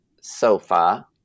sofa